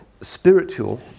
spiritual